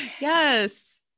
Yes